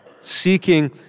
seeking